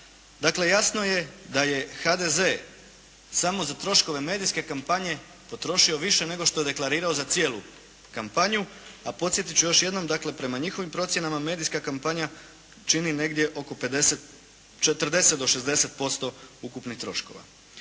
Dakle jasno je da je HDZ samo za troškove medijske kampanje potrošio više nego što je deklarirao za cijelu kampanju, a podsjetiti ću još jednom, dakle prema njihovim procjenama medijska kampanja čini negdje oko 40-60% ukupnih troškova.